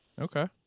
Okay